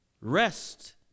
Rest